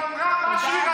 היא אמרה את מה שהיא רצתה.